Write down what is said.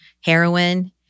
heroin